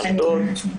אשדוד,